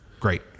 great